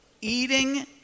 eating